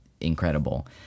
incredible